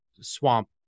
swamp